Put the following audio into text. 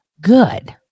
good